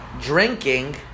drinking